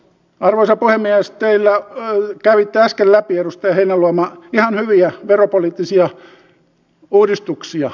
n arvoisa painajaisten ja hän kävitte äsken läpi edustaja heinäluoma ihan hyviä veropoliittisia uudistuksia